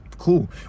Cool